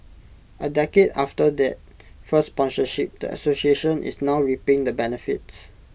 A decade after that first sponsorship the association is now reaping the benefits